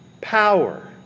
power